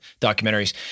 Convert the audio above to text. documentaries